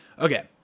okay